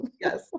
yes